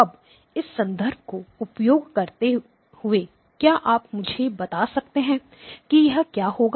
अब इस संदर्भ को उपयोग करते हुए क्या आप मुझे बता सकते हैं कि यह क्या होगा